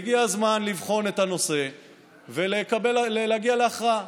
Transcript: והגיע הזמן לבחון את הנושא ולהגיע להכרעה.